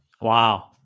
Wow